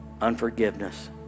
Unforgiveness